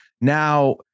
Now